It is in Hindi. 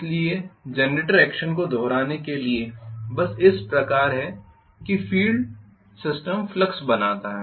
इसलिए जनरेटर एक्शन को दोहराने के लिए बस इस प्रकार है कि फील्ड सिस्टम फ्लक्स बनाता है